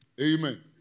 Amen